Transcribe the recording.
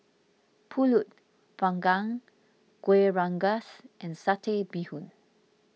Pulut Panggang Kueh Rengas and Satay Bee Hoon